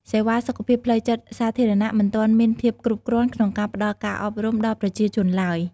សេវាសុខភាពផ្លូវចិត្តសាធារណៈមិនទាន់មានភាពគ្រប់គ្រាន់ក្នុងការផ្តល់ការអប់រំដល់ប្រជាជនឡើយ។